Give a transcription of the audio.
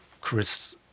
Chris